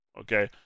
Okay